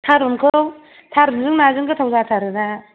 थारुनखौ थारुनजों नाजों गोथाव जाथारोना